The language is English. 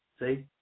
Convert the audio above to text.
See